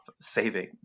saving